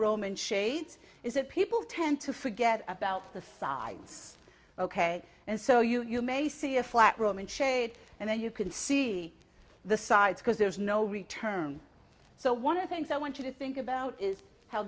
roman shades is that people tend to forget about the sides ok and so you may see a flat roman shade and then you can see the sides because there's no return so one of the things i want you to think about is how